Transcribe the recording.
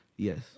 Yes